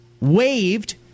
waved